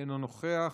אינו נוכח.